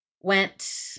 Went